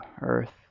earth